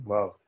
Wow